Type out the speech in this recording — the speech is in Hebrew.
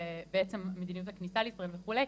ובעצם, מדיניות הקליטה בישראל וכולי.